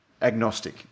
agnostic